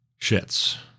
shits